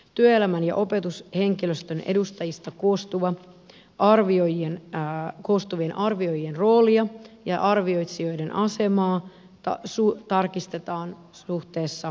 työelämän ja opetushenkilöstön edustajista koostuvien arvioijien roolia ja arvioitsijoiden asemaa tarkistetaan suhteessa nykyiseen